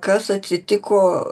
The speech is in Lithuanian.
kas atsitiko